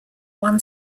one